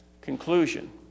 conclusion